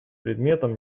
предметом